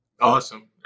Awesome